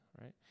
right